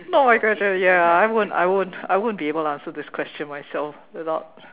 no I I ya I won't I won't I won't be able to answer this question myself without